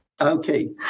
okay